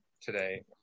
today